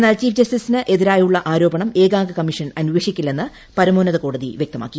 എന്നാൽ ചീഫ് ജസ്റ്റിസിനെതിരെയുളള ആരോപണം ഏകാംഗ കമ്മീഷൻ അന്വേഷിക്കില്ലെന്ന് പരമോന്നത കോടതി വൃക്തമാക്കി